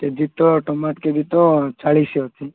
କେ G ତ tomato K G ତ ଚାଳିଶ ଅଛି